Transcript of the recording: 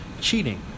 cheating